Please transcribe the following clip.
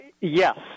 Yes